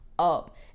up